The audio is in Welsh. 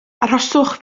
arhoswch